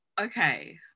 okay